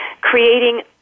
creating